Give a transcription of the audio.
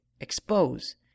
expose